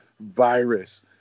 virus